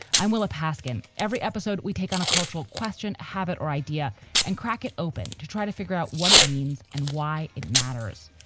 i'm willa paskin. every episode we take on a cultural question, habit or idea and crack it open to try to figure out what it means and why it matters.